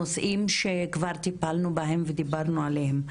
הנושאים שכבר טיפלנו בהם ודיברנו עליהם.